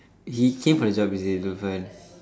he came for this job is it for fun